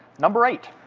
number eight.